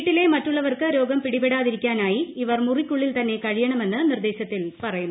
വീട്ടിലെ മറ്റുള്ളവർക്ക് രോഗം പിടിപെടാതിരിക്കാനായി ഇവർ മുറിക്കുള്ളിൽ തന്നെ കഴിയണമെന്ന് നിർദേശത്തിൽ പറയുന്നു